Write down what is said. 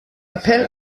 appell